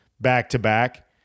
back-to-back